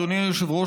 אדוני היושב-ראש,